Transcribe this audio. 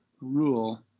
rule